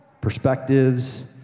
perspectives